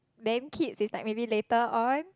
then kids is like maybe later on